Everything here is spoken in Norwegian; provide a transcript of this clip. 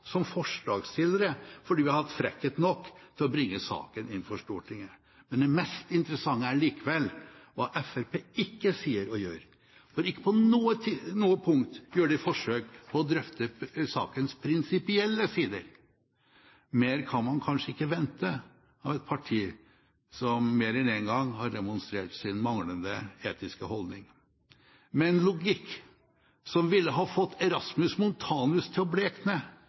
som forslagsstillere fordi vi har frekkhet nok til å bringe saken inn for Stortinget. Men det mest interessante er likevel hva Fremskrittspartiet ikke sier og gjør, for ikke på noe punkt gjør de forsøk på å drøfte sakens prinsipielle sider. Mer kan man kanskje ikke vente av et parti som mer enn en gang har demonstrert sin manglende etiske holdning. Med en logikk som ville ha fått Erasmus Montanus til å blekne,